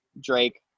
Drake